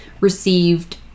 received